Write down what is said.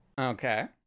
Okay